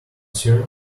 sir